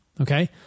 okay